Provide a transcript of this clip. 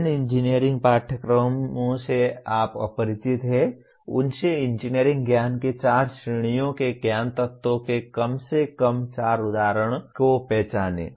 जिन engineering पाठ्यक्रमों से आप परिचित हैं उनसे इंजीनियरिंग ज्ञान की चार श्रेणियों के ज्ञान तत्वों के कम से कम चार उदाहरणों को पहचानें